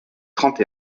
trente